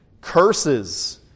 curses